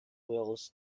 wales